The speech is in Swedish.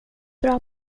bra